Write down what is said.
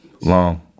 long